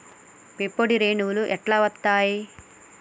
పుప్పొడి రేణువులు ఎట్లా వత్తయ్?